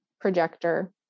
projector